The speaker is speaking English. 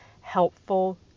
helpful